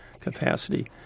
capacity